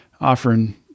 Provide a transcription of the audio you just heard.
offering